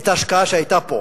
את ההשקעה שהיתה פה